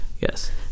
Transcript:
Yes